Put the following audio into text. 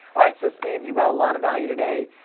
alright, so steve, you brought a lot of value today.